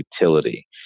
utility